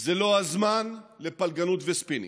זה לא הזמן לפלגנות וספינים.